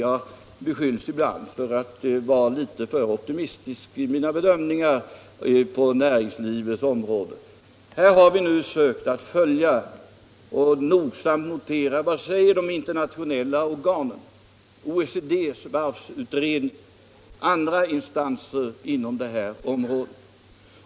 Jag beskylls ju ibland för att vara litet för optimistisk i mina bedömningar på näringslivets område. Här har vi nu sökt att följa och nogsamt notera vad de internationella organen säger — OECD:s varvsutredning och andra instanser inom detta område.